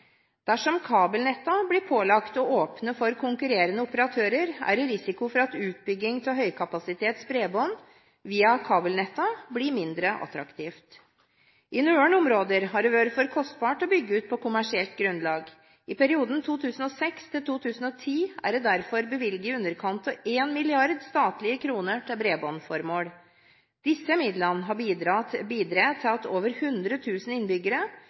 Dersom kabelnettene blir pålagt å åpne for konkurrerende operatører, er det risiko for at det blir mindre attraktivt med utbygging av høykapasitets bredbånd via kabelnettene. I noen områder har det vært for kostbart å bygge ut på kommersielt grunnlag. I perioden 2006–2010 er det derfor bevilget i underkant av 1 milliard statlige kroner til bredbåndsformål. Disse midlene har bidratt til at over 100 000 innbyggere